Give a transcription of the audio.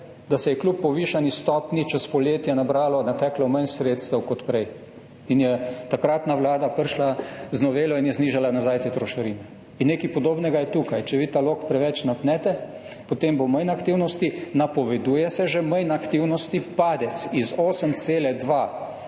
da se je kljub povišani stopnji čez poletje nateklo manj sredstev kot prej, in je takratna vlada prišla z novelo in je znižala nazaj te trošarine. In nekaj podobnega je tukaj. Če vi ta lok preveč napnete, potem bo manj aktivnosti. Napoveduje se že manj aktivnosti. Padec z 8,2